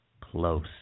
close